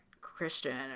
Christian